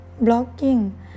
Blocking